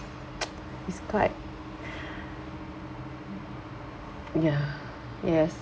it's quite ya yes